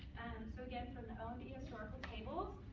so again, from the omb historical tables,